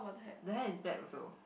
there is black also